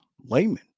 layman